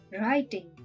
Writing